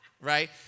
right